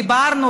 דיברנו,